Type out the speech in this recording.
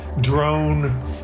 drone